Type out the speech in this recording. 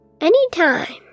Anytime